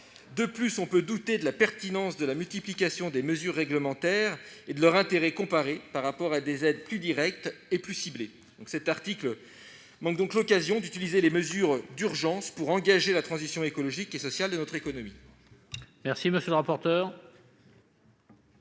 De plus, on peut douter de la pertinence de la multiplication des mesures réglementaires et de leur intérêt comparé par rapport à des aides plus directes et plus ciblées. L'article 6 manque l'occasion d'utiliser les mesures d'urgence pour engager la transition écologique et sociale de notre économie.